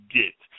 get